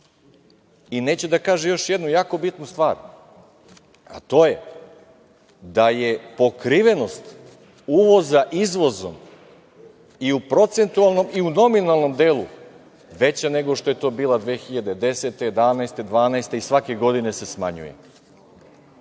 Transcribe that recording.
i neće da kaže još jednu jako bitnu stvar, a to je da je pokrivenost uvoza izvozom i u procentualnom i u nominalnom delu veća nego što je to bilo 2010, 2011, 2012. godine i svake godine se smanjuje. Sada,